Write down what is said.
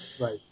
Right